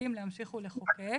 למחוקקים להמשיך ולחוקק,